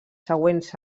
següents